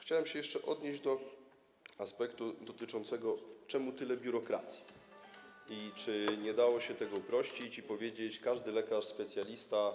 Chciałem się jeszcze odnieść do aspektu tego, czemu tyle biurokracji i czy nie dało się tego uprościć i powiedzieć: każdy lekarz specjalista,